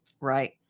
Right